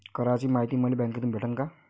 कराच मायती मले बँकेतून भेटन का?